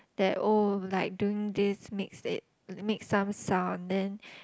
that oh like doing this makes it make some sound then